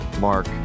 mark